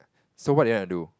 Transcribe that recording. so what do you want to do